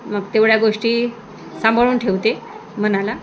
मग तेवढ्या गोष्टी सांभाळून ठेवते मनाला